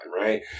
right